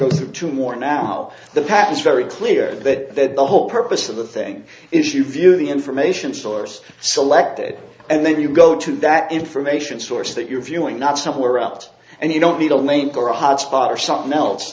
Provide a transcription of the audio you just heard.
go through two more now the path is very clear that the whole purpose of the thing is you view the information source selected and then you go to that information source that you're viewing not somewhere out and you don't need a link or a hotspot or something else